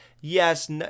yes